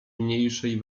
mniejszej